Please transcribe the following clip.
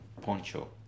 poncho